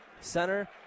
center